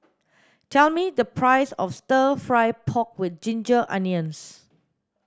tell me the price of stir fry pork with ginger onions